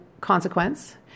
consequence